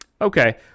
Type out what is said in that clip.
Okay